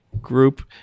group